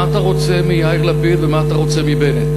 מה אתה רוצה מיאיר לפיד ומה אתה רוצה מבנט?